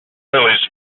really